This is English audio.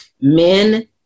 men